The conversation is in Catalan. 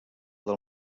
del